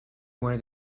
where